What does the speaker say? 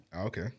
Okay